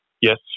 Yes